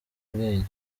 ubwenge